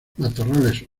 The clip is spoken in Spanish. matorrales